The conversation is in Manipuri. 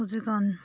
ꯍꯧꯖꯤꯛꯀꯥꯟ